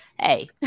Hey